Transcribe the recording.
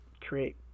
create